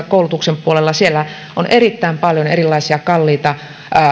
koulutuksen puolta siellä on erittäin paljon erilaisia kalliita